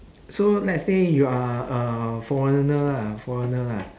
so let's say you are a foreigner lah foreigner lah